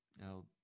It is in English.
Now